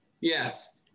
Yes